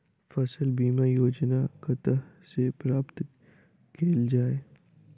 फसल बीमा योजना कतह सऽ प्राप्त कैल जाए?